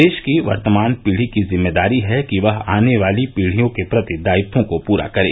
देश की वर्तमान पीढ़ी की जिम्मेदारी है कि वह आने वाली पीढ़ियों के प्रति दायित्वों को पूरा करे